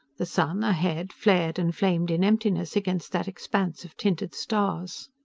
the sun, ahead, flared and flamed in emptiness against that expanse of tinted stars.